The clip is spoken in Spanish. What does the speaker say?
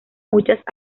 muchas